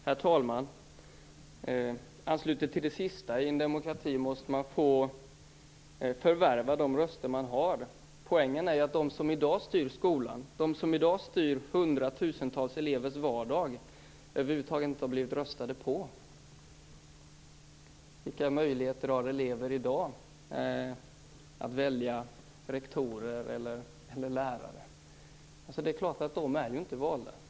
Herr talman! Jag skall ansluta till det senaste, nämligen att man i en demokrati måste få förvärva de röster man har. Poängen är ju att de som i dag styr skolan och som styr hundratusentals elevers vardag över huvud taget inte blivit tillsatta genom någon omröstning. Vilka möjligheter har elever i dag att välja rektorer eller lärare? Det är klart att de inte är valda.